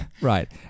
right